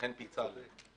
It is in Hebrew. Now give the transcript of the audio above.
לכן פיצלתם.